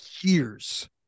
years